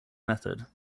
method